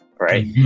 right